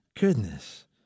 Goodness